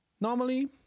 normally